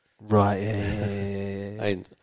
Right